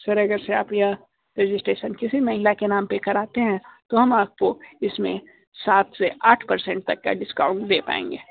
sir अगर से आप यह रजिस्ट्रेशन किसी महिला के नाम पे कराते हैं तो हम आपको इसमें सात से आठ परसेंट तक का डिस्काउंट दे पाएंगे